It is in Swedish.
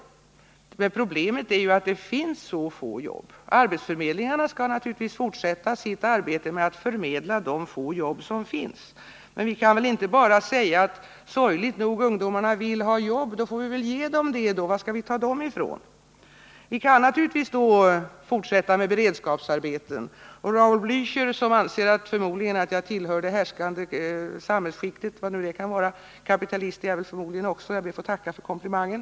Men problemet är ju att det finns så få jobb. Arbetsförmedlingarna skall naturligtvis fortsätta sitt arbete med att förmedla de få jobb som finns. Men vi kan väl inte bara säga: Ungdomarna vill sorgligt nog ha jobb — då får vi väl ge dem det då! Var skall vi ta de jobben ifrån? Vi kan naturligtvis fortsätta med beredskapsarbeten. Raul Blächer anser förmodligen att jag tillhör det härskande samhällsskiktet — vad nu det kan vara. Kapitalist är jag förmodligen också; jag ber att få tacka för komplimangen!